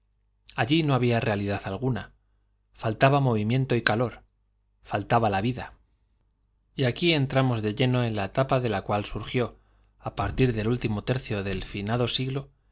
allí no había realidad alguna faltaba movimiento y calor faltaba ia vida y aquí entramos de lleno en la etapa de la cual surgió á partir del último tercio del finado siglo